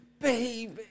baby